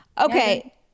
okay